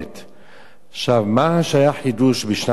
מה שהיה חידוש בשנת 1997,